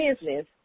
business